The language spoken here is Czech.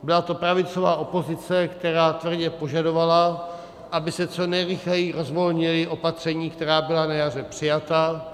Byla to pravicová opozice, která tvrdě požadovala, aby se co nejrychleji rozvolnila opatření, která byla na jaře přijata.